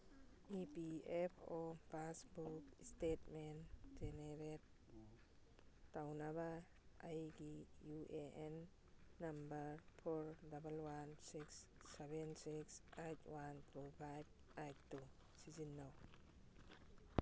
E P F O passbook statement generate ꯇꯧꯅꯕ ꯑꯩꯒꯤ U A N number four double one six seven six eight one two five eight two ꯁꯤꯖꯤꯟꯅꯧ